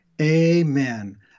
amen